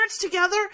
together